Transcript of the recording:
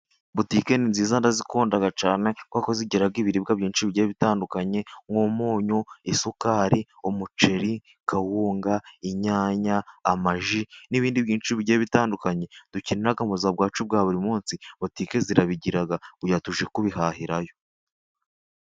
Butike ni nziza ndazikunda cyane, kuko zigira ibiribwa byinshi bigiye bitandukanye: nk'umunyu, isukari, umuceri, kawunga, inyanya, amaji, n'ibindi byinshi bigiye bitandukanye dukenera mu buzima bwacu bwa buri munsi. Butike zirabigira kugira tujye kubihahirayo.